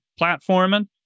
platforming